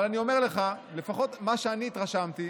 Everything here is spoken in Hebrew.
אבל אני אומר לך, לפחות ממה שאני התרשמתי,